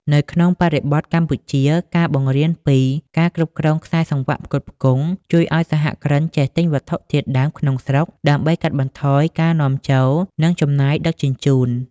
នៅក្នុងបរិបទកម្ពុជា ការបង្រៀនពី "ការគ្រប់គ្រងខ្សែសង្វាក់ផ្គត់ផ្គង់" ជួយឱ្យសហគ្រិនចេះទិញវត្ថុធាតុដើមក្នុងស្រុកដើម្បីកាត់បន្ថយការនាំចូល និងចំណាយដឹកជញ្ជូន។